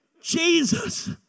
Jesus